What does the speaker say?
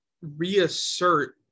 reassert